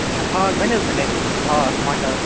اچھا ہاکھ بَنہ حظ مےٚ اتہ ہاکھ مَٹَر